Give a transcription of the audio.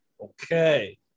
Okay